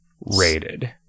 rated